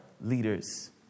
leaders